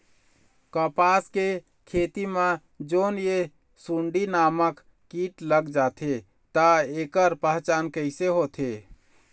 कपास के खेती मा जोन ये सुंडी नामक कीट लग जाथे ता ऐकर पहचान कैसे होथे?